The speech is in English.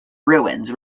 ruins